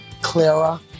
Clara